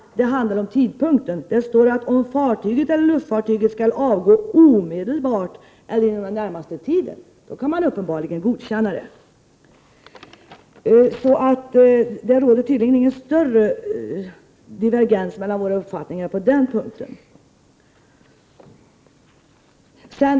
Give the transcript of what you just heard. Det står i den lagtext som föreslås i reservationen: ”——— om fartyget eller luftfartyget skall avgå omedelbart eller inom den närmaste tiden.” Då kan man uppenbarligen godkänna det! Det råder alltså ingen större divergens mellan våra uppfattningar på den punkten.